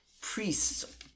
priests